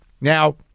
Now